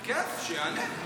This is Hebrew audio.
בכיף, שיענה.